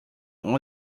all